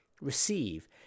Receive